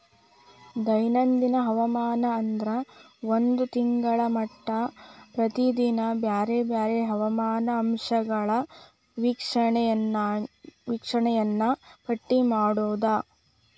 ದೈನಂದಿನ ಹವಾಮಾನ ಅಂದ್ರ ಒಂದ ತಿಂಗಳ ಮಟಾ ಪ್ರತಿದಿನಾ ಬ್ಯಾರೆ ಬ್ಯಾರೆ ಹವಾಮಾನ ಅಂಶಗಳ ವೇಕ್ಷಣೆಯನ್ನಾ ಪಟ್ಟಿ ಮಾಡುದ